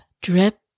drip